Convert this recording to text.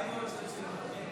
42 בעד, 57 מתנגדים.